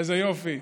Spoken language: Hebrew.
איזה יופי.